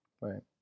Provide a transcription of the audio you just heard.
Right